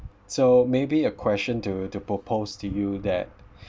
so maybe a question to to propose to you that